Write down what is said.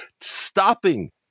Stopping